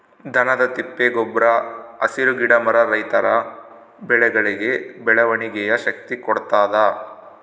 ದನದ ತಿಪ್ಪೆ ಗೊಬ್ರ ಹಸಿರು ಗಿಡ ಮರ ರೈತರ ಬೆಳೆಗಳಿಗೆ ಬೆಳವಣಿಗೆಯ ಶಕ್ತಿ ಕೊಡ್ತಾದ